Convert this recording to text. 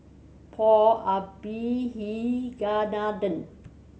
Paul Abisheganaden